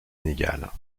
inégales